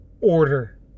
order